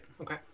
Okay